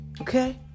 okay